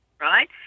right